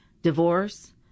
divorce